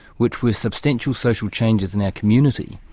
which were substantial social changes in our community,